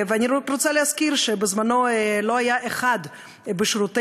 אני רק רוצה להזכיר שבזמנו לא היה אחד בשורותינו,